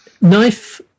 knife